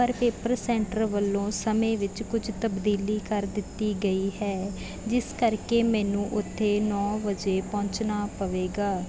ਪਰ paper centre ਵੱਲੋਂ ਸਮੇਂ ਵਿੱਚ ਕੁਛ ਤਬਦੀਲੀ ਕਰ ਦਿੱਤੀ ਗਈ ਹੈ ਜਿਸ ਕਰਕੇ ਮੈਨੂੰ ਉੱਥੇ ਨੌਂ ਵਜੇ ਪਹੁੰਚਣਾ ਪਵੇਗਾ